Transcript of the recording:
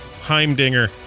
Heimdinger